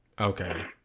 Okay